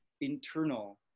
internal